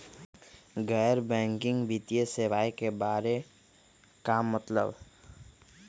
गैर बैंकिंग वित्तीय सेवाए के बारे का मतलब?